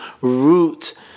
root